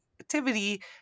activity